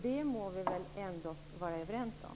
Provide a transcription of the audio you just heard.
Det må vi väl ändå vara överens om.